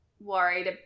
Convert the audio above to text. worried